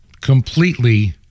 completely